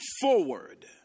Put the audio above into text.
forward